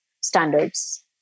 standards